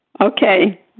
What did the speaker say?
Okay